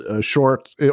short